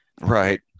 Right